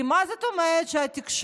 כי מה זאת אומרת שהתקשורת